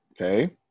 okay